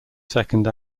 second